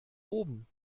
oben